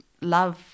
love